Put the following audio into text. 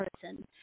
person